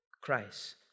Christ